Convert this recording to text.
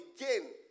again